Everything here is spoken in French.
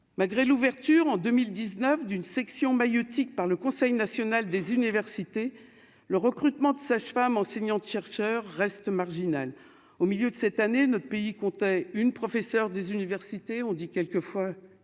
Malgré l'ouverture en 2019 d'une section maïeutique par le Conseil national des universités, le recrutement de sage-femme enseignants-chercheurs reste marginal au milieu de cette année, notre pays comptait une professeur des universités, on dit quelquefois, une